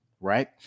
right